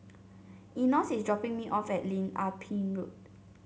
Enos is dropping me off at Lim Ah Pin Road